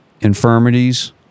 infirmities